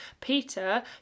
Peter